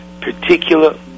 particular